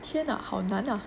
天呐好难 ah